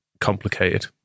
complicated